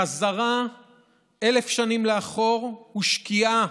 חזרה אלף שנים לאחור ושקיעה